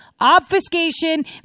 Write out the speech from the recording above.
obfuscation